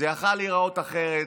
זה יכול היה להיראות אחרת,